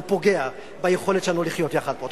והוא פוגע ביכולת שלנו לחיות יחד פה.